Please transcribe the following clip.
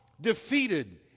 defeated